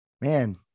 man